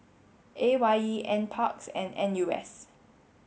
A Y E NPARKS and N U S